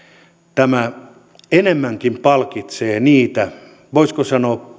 tämä enemmänkin palkitsee niitä voisiko sanoa